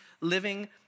living